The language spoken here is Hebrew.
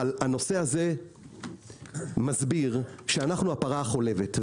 אבל הנושא הזה מסביר שאנו הפרה החולבת.